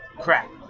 Crap